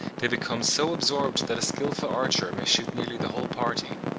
they become so absorbed that a skilful archer may shoot nearly the whole party.